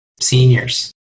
seniors